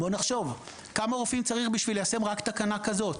בוא נחשוב כמה רופאים צריך בשביל ליישם רק תקנה כזאת?